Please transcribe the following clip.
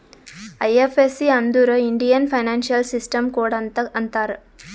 IFSC ಅಂದುರ್ Indian financial system code ಅಂತ್ ಅಂತಾರ್